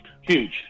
Huge